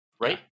Right